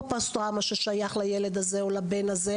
לא פוסט-טראומה ששייך לילד הזה או לאחר,